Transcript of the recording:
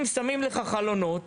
שמים לך חלונות